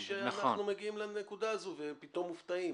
שאנחנו מגיעים לנקודה הזו ופתאום מופתעים.